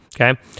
okay